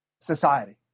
society